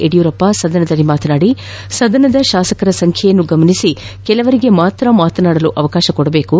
ಯಡಿಯೂರಪ್ಪ ಸದನದಲ್ಲಿ ಮಾತನಾದಿ ಸದನದ ಶಾಸಕರ ಸಂಖ್ಯೆ ಗಮನಿಸಿ ಕೆಲವರಿಗೆ ಮಾತ್ರ ಮಾತನಾಡಲು ಅವಕಾಶ ಕೊಡಬೇಕು